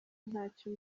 ntacyo